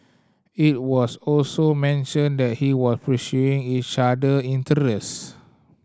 it was also mentioned that he was pursuing each other interests